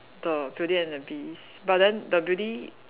the beauty and the beast but then the beauty